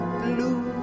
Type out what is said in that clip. blue